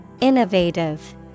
Innovative